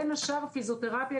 בין השאר פיזיותרפיה,